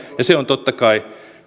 se on totta kai